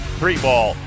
three-ball